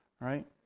right